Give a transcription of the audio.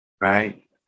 right